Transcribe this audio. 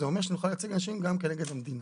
וזה אומר שנוכל לייצג אנשים גם כנגד המדינה.